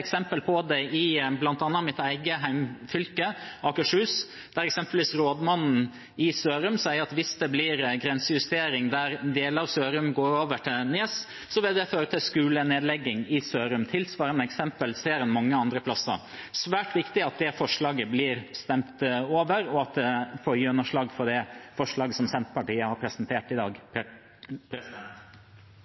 i mitt eget hjemfylke, Akershus, der rådmannen i Sørum sier at hvis det blir en grensejustering der deler av Sørum går over til Nes, vil det føre til skolenedlegging i Sørum. Tilsvarende eksempler ser en mange andre steder. Det er svært viktig at det forslaget blir stemt over, og at vi får gjennomslag for det forslaget Senterpartiet har presentert i dag.